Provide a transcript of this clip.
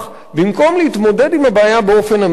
במקום להתמודד עם הבעיה באופן אמיתי,